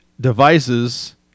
devices